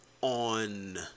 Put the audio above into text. on